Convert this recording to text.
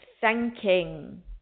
thanking